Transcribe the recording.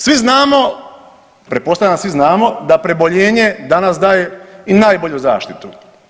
Svi znamo, pretpostavljam da svi znamo da preboljenje danas daje i najbolju zaštitu.